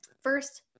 first